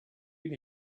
been